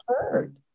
heard